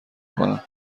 کنم